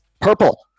purple